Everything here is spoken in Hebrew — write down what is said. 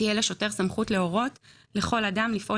תהיה לשוטר סמכות להורות לכל אדם לפעול